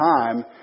time